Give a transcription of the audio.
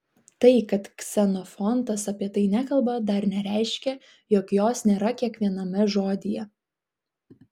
tai kad ksenofontas apie tai nekalba dar nereiškia jog jos nėra kiekviename žodyje